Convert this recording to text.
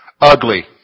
Ugly